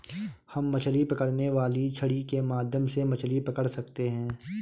हम मछली पकड़ने वाली छड़ी के माध्यम से मछली पकड़ सकते हैं